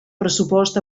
pressupost